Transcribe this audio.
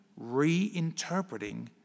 reinterpreting